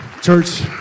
Church